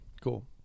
Cool